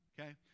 Okay